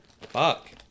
Fuck